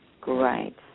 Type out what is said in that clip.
Great